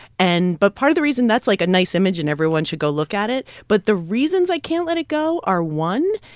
and but part of the reason that's, like, a nice image, and everyone should go look at it. but the reasons i can't let it go are, one,